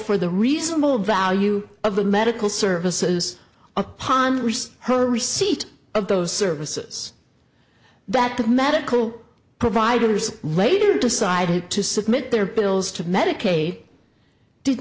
for the reasonable value of the medical services upon her receipt of those services that the medical providers later decided to submit their bills to medicaid did